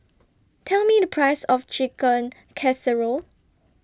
Tell Me The Price of Chicken Casserole